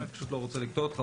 אני פשוט לא רוצה לקטוע אותך.